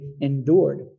endured